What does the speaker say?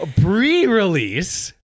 pre-release